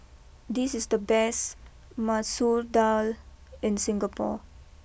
this is the best Masoor Dal in Singapore